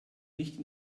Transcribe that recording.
nicht